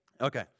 Okay